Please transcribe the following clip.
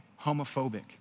homophobic